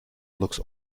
looks